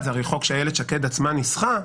בעד, הרי זה חוק שאיילת שקד בעצמה ניסחה.